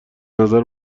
نظر